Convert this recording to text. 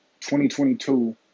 2022